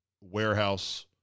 warehouse